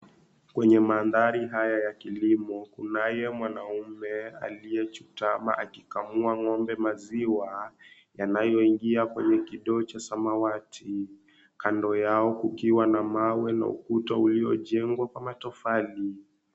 Kwenye manthari haya ya kilimo kunaye mwanamme aliyechutama, akikamua ng'ombe, maziwa yanayoingia kwenye kidocho samawati, kando yao kukiwa na mawe na ukuta uliojengwa kwa matofali.